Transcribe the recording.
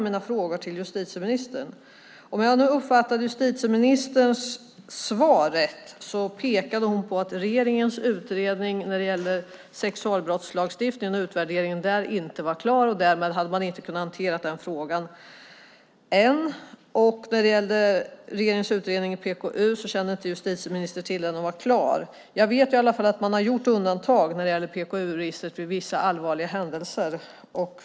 Uppfattade jag justitieministerns svar rätt pekade hon på att regeringens utredning och utvärdering av sexualbrottslagstiftningen inte var klar och att man därmed inte hade kunnat hantera denna fråga ännu. När det gällde regeringens utredning i PKU-frågan kände justitieministern inte till om den är klar. Jag vet dock att man har gjort undantag när det gäller PKU-registret vid vissa allvarliga händelser.